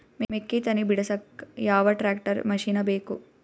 ಮೆಕ್ಕಿ ತನಿ ಬಿಡಸಕ್ ಯಾವ ಟ್ರ್ಯಾಕ್ಟರ್ ಮಶಿನ ಬೇಕು?